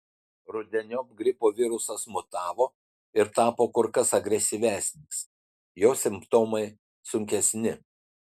rudeniop gripo virusas mutavo ir tapo kur kas agresyvesnis jo simptomai sunkesni